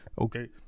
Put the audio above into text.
Okay